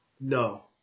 no